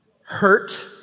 hurt